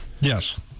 Yes